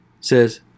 says